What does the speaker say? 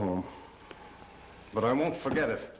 home but i won't forget i